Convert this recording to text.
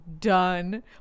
done